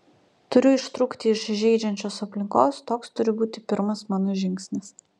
turiu ištrūkti iš žeidžiančios aplinkos toks turi būti pirmas mano žingsnis